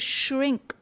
shrink